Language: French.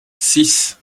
six